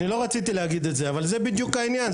אני לא רציתי להגיד את זה אבל זה בדיוק העניין.